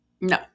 No